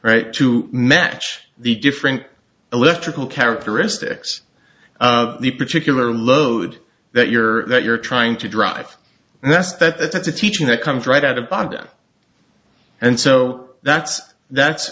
right to match the different electrical characteristics of the particular load that you're that you're trying to drive and that's that's a teaching that comes right out of baghdad and so that's that's